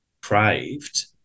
craved